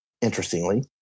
Interestingly